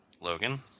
Logan